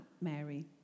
Mary